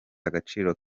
agaciro